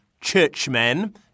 churchmen